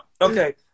Okay